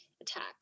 attack